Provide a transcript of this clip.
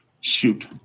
Shoot